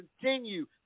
continue